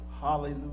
Hallelujah